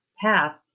path